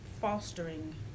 fostering